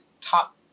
top